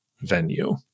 venue